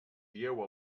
dieu